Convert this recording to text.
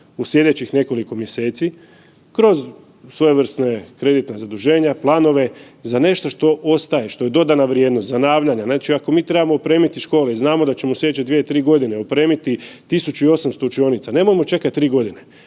u slijedećih nekoliko mjeseci, kroz svojevrsne kreditna zaduženja, planove, za nešto što ostaje, što je dodana vrijednost zanavljanja. Znači ako mi trebamo opremiti škole i znamo da ćemo u slijedeće 2, 3 godine opremiti 1.800 učionica nemojmo čekati 3 godine,